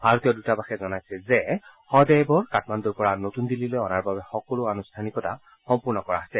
ভাৰতীয় দৃতাবাসে জনাইছে যে শৱদেহবোৰ কাঠমাণুৰ পৰা নতুন দিল্লীলৈ অনাৰ বাবে সকলো আনুষ্ঠানিকতা সম্পূৰ্ণ কৰা হৈছে